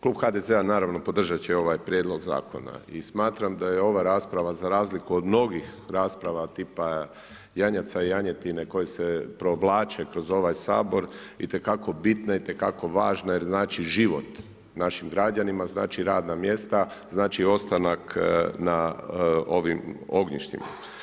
Klub HDZ-a naravno podržat će ovaj prijedlog zakona i smatram da je ova rasprava za razliku od mnogih rasprava tipa janjaca i janjetine koje se provlače kroz ovaj Sabor, itekako bitne, itekako važne jer znači život našim građanima, znači radna mjesta, znači ostanak na ovim ognjištima.